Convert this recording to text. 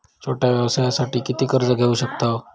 छोट्या व्यवसायासाठी किती कर्ज घेऊ शकतव?